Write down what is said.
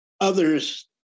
others